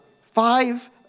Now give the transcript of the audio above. five